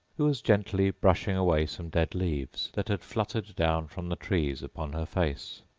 who was gently brushing away some dead leaves that had fluttered down from the trees upon her face.